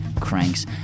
cranks